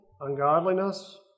Ungodliness